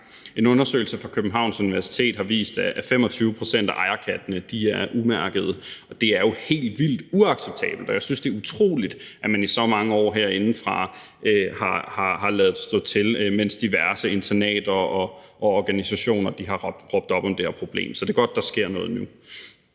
En undersøgelse fra Københavns Universitet har vist, at 25 pct. af ejerkattene er umærkede, og det er jo helt vildt uacceptabelt. Og jeg synes, det er utroligt, at man i så mange år herindefra har ladet stå til, mens diverse internater og organisationer har råbt op om det her problem. Så det er godt, at der sker noget nu.